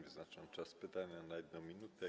Wyznaczam czas pytania na 1 minutę.